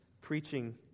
preaching